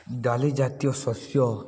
ଡାଲି ଜାତୀୟ ଶସ୍ୟ